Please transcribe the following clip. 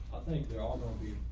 i think they're all gonna be